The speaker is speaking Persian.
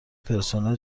پرسنل